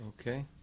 Okay